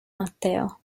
matteo